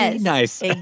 Nice